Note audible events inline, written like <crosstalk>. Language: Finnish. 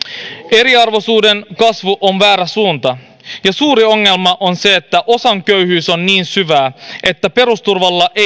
eriarvoisuuden kasvu on väärä suunta ja suuri ongelma on se että osan köyhyys on niin syvää että perusturvalla ei <unintelligible>